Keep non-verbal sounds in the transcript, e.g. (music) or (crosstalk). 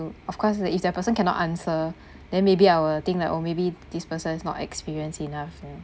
to of course if that person cannot answer (breath) then maybe I will think like oh maybe this persons not experienced enough you know